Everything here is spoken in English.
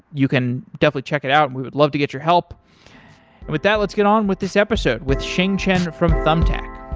you can definitely check it out. we would love to get your help and with that, let's get on with this episode with xing chen from thumbtack.